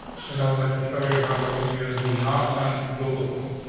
cause i would like to show you how we can use the awesome google forms.